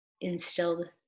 instilled